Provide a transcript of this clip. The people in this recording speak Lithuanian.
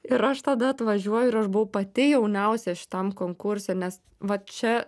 ir aš tada atvažiuoju ir aš buvau pati jauniausia šitam konkurse nes va čia